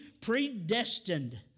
predestined